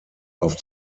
auf